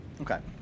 Okay